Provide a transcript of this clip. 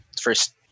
first